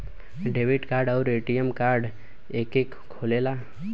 Debit card आउर ATM card एके होखेला?